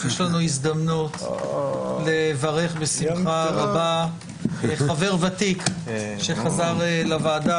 יש לנו הזדמנות לברך בשמחה רבה חבר ותיק שחזר לוועדה,